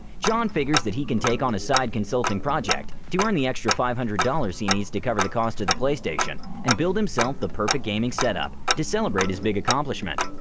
john figures that he can take on a side consulting project to earn the extra five hundred dollars he needs to cover the cost of the playstation and build himself the perfect gaming set up to celebrate his big accomplishment.